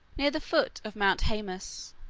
near the foot of mount haemus